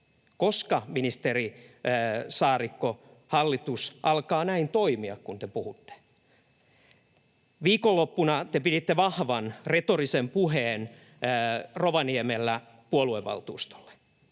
Koska, ministeri Saarikko, hallitus alkaa toimia näin kuin te puhuitte? Viikonloppuna te piditte vahvan retorisen puheen Rovaniemellä puoluevaltuustolle.